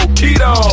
keto